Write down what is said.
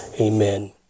Amen